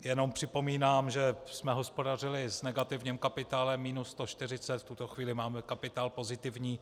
Jenom připomínám, že jsme hospodařili s negativním kapitálem minus 140, v tuto chvíli máme kapitál pozitivní.